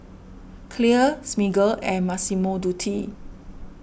Clear Smiggle and Massimo Dutti